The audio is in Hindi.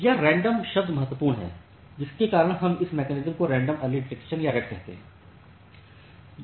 यह रैंडम शब्द महत्वपूर्ण है जिसके कारण हम इस मैकेनिज्म को रैंडम अर्ली डिटेक्शन या रेड कहते हैं